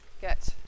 get